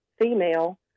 female